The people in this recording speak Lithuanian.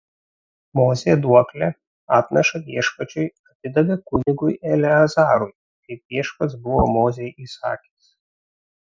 mozė duoklę atnašą viešpačiui atidavė kunigui eleazarui kaip viešpats buvo mozei įsakęs